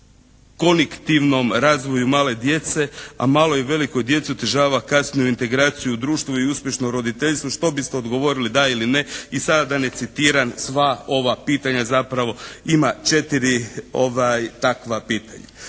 i kognitivnom razvoju male djece, a maloj i velikoj djeci otežava kasniju integraciju u društvo i uspješno roditeljstvo. Što biste odgovorili da ili ne? I sada da ne citiram sva ova pitanja, zapravo ima 4 takva pitanja.